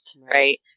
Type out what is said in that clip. right